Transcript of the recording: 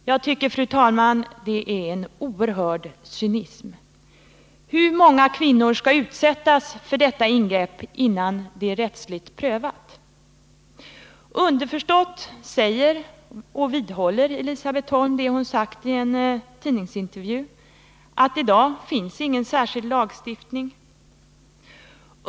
Jag tycker, fru talman, att det uttalandet vittnar om en oerhörd cynism. Hur många kvinnor skall utsättas för detta ingrepp innan det är rättsligt prövat? Underförstått säger Elisabet Holm — och vidhåller därmed vad hon har sagt i en tidningsintervju — att i dag finns ingen särskild lagstiftning.